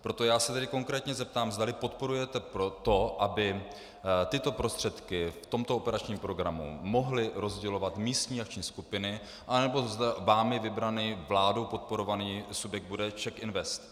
Proto se tedy konkrétně zeptám, zdali podporujete to, aby tyto prostředky v tomto operačním programu mohly rozdělovat místní akční skupiny, anebo zda vámi vybraný, vládou podporovaný subjekt bude CzechInvest.